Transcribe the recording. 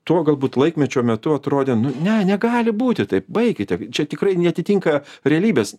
tuo galbūt laikmečio metu atrodė ne negali būti taip baikite čia tikrai neatitinka realybės